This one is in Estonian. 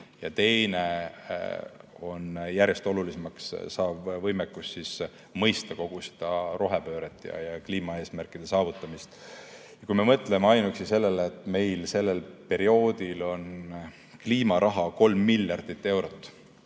teine on järjest olulisemaks saav võimekus mõista kogu rohepööret ja kliimaeesmärkide saavutamist. Kui me mõtleme ainuüksi sellele, et meil sellel perioodil on kliimaraha kolm miljardit eurot,